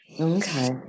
Okay